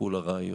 הטיפול הארעיות.